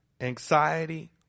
anxiety